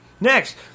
Next